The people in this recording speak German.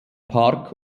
park